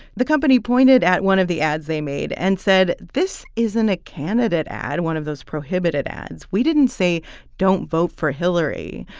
the company pointed at one of the ads they made and said, this isn't a candidate ad one of those prohibited ads. we didn't say don't vote for hillary.